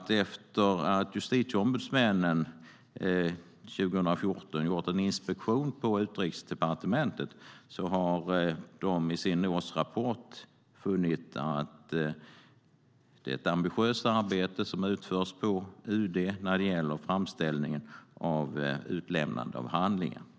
Efter att justitieombudsmännen under 2014 gjort en inspektion på Utrikesdepartementet har de i sin årsrapport framhållit att det är ett ambitiöst arbete som utförts vid UD vad gäller framställningar om utlämnande av handlingar.